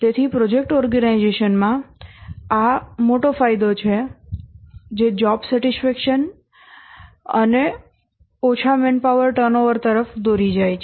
તેથી પ્રોજેક્ટ ઓર્ગેનાઇઝેશનમાં આ મોટો ફાયદો છે જે નોકરી સંતોષ અને ઓછા મેનપાવર ટર્નઓવર તરફ દોરી જાય છે